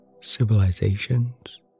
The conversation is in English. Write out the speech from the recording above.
civilizations